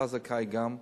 אתה זכאי גם,